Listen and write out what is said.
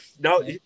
no